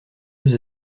deux